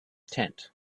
tent